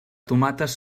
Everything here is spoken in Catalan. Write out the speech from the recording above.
tomates